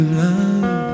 love